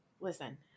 Listen